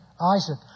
Isaac